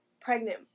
Pregnant